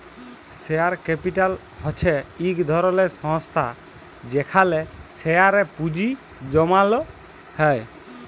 share capital হছে ইক ধরলের সংস্থা যেখালে শেয়ারে পুঁজি জ্যমালো হ্যয়